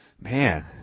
Man